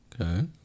Okay